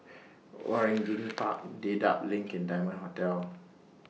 Waringin Park Dedap LINK Diamond Hotel